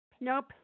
Nope